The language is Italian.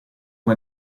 una